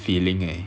feeling eh